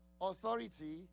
authority